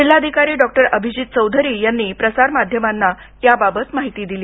जिल्हाधिकारी डॉक्टर अभिजित चौधरी यांनी प्रसार माध्यमांना याबाबत माहिती दिली